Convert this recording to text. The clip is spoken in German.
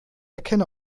erkenne